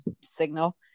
signal